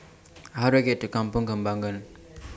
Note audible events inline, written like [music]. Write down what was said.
[noise] How Do I get to Kampong Kembangan [noise]